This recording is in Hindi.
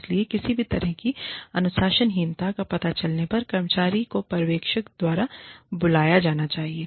इसलिए किसी भी तरह की अनुशासनहीनता का पता चलने पर कर्मचारी को पर्यवेक्षक द्वारा बुलाया जाना चाहिए